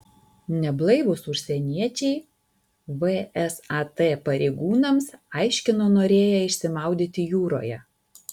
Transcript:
neblaivūs užsieniečiai vsat pareigūnams aiškino norėję išsimaudyti jūroje